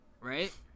Right